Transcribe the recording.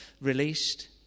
released